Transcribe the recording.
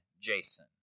Jason